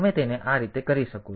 તેથી તમે તેને આ રીતે કરી શકો છો